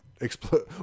explode